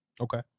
Okay